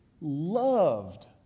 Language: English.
loved